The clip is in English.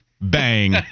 bang